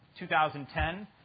2010